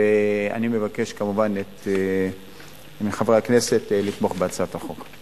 ואני מבקש כמובן מחברי הכנסת לתמוך בהצעת החוק.